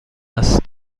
است